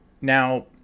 now